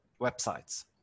websites